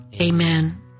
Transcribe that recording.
Amen